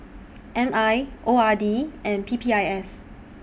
M I O R D and P P I S